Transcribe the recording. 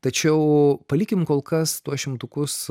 tačiau palikim kol kas tuos šimtukus